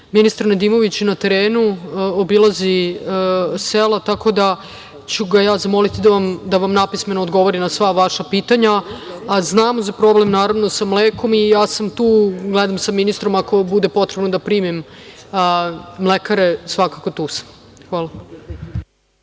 Ministar Nedimović je na terenu, obilazi sela, tako da ću ga ja zamoliti da vam napismeno odgovori na sva vaša pitanja. Znam za problem sa mlekom i ja sam tu, gledam sa ministrom. Ako bude potrebno da primim mlekare, svakako tu sam. Hvala.